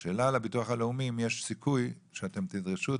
השאלה לביטוח הלאומי אם יש סיכוי שאתם תדרשו,